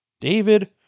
David